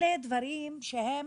אלה דברים שהם